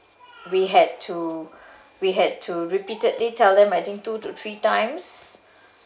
we had to we had to repeatedly tell them I think two to three times